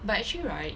but actually right